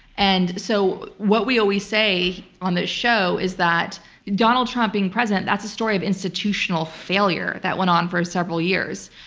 and so what we always say on this show is that donald trump being president, that's a story of institutional failure that went on for several years.